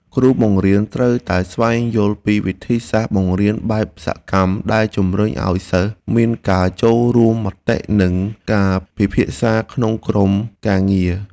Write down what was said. គ្រូបង្រៀនត្រូវតែស្វែងយល់ពីវិធីសាស្ត្របង្រៀនបែបសកម្មដែលជំរុញឱ្យសិស្សមានការចូលរួមមតិនិងការពិភាក្សាក្នុងក្រុមការងារ។